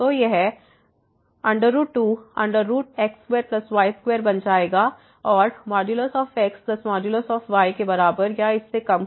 तो यह 2x2y2 बन जाएगा औरxy के बराबर या इससे कम होगा